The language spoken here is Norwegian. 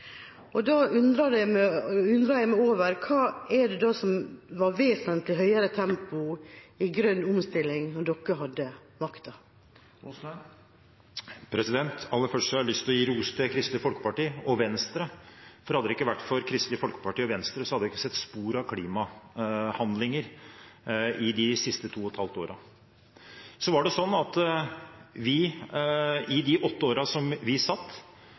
og da undrer jeg: Hva er det da som var vesentlig høyere tempo innen grønn omstilling mens dere hadde makta? Aller først har jeg lyst til å gi ros til Kristelig Folkeparti og Venstre, for hadde det ikke vært for Kristelig Folkeparti og Venstre hadde vi ikke sett spor av klimahandlinger i de siste to og et halvt årene. I de åtte årene som vi satt, trappet vi betydelig opp oppmerksomhet rundt klima. Vi